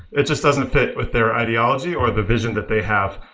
it just doesn't fit with their ideology or the vision that they have,